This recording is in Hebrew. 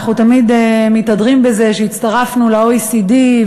אנחנו תמיד מתהדרים בזה שהצטרפנו ל-OECD,